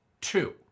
Two